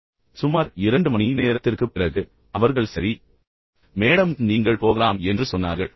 பின்னர் சுமார் இரண்டு மணி நேரத்திற்குப் பிறகு அவர்கள் சரி மேடம் நீங்கள் போகலாம் என்று சொன்னார்கள்